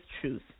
truth